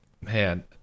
man